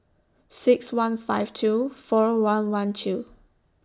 six one five two four one one two